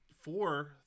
four